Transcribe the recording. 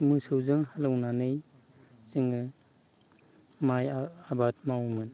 मोसौजों हालौनानै जोङो माइआ आबाद मावोमोन